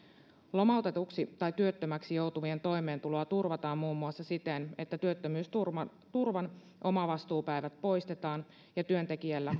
lomautetuksi tai työttömäksi joutuvien toimeentuloa turvataan muun muassa siten että työttömyysturvan omavastuupäivät poistetaan ja työntekijällä